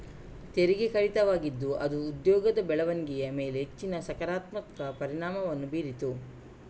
ತೆರಿಗೆ ಕಡಿತವಾಗಿದ್ದು ಅದು ಉದ್ಯೋಗದ ಬೆಳವಣಿಗೆಯ ಮೇಲೆ ಹೆಚ್ಚಿನ ಸಕಾರಾತ್ಮಕ ಪರಿಣಾಮವನ್ನು ಬೀರಿತು